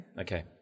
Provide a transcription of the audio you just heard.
Okay